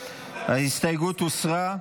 ההסתייגות הוסרה.